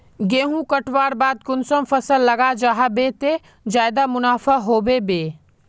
गेंहू कटवार बाद कुंसम फसल लगा जाहा बे ते ज्यादा मुनाफा होबे बे?